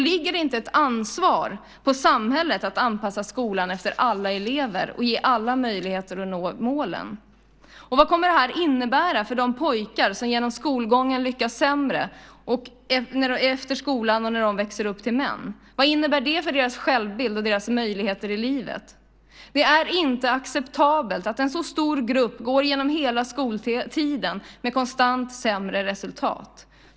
Ligger det inte ett ansvar på samhället att anpassa skolan efter alla elever och ge alla möjlighet att nå målen? Vad kommer detta att innebära efter skolan för de pojkar som genom skolgången lyckas sämre och när de växer upp till män? Vad innebär det för deras självbild och deras möjligheter i livet? Det är inte acceptabelt att en så stor grupp går igenom hela skoltiden med konstant sämre resultat.